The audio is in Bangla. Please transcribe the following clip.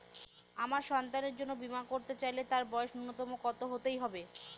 আমার সন্তানের জন্য বীমা করাতে চাইলে তার বয়স ন্যুনতম কত হতেই হবে?